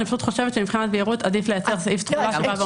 אני פשוט חושבת שמבחינת זהירות עדיף לייצר סעיף תחילה .